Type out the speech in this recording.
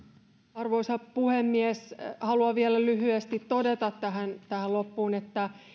arvoisa puhemies haluan vielä lyhyesti todeta tähän tähän loppuun että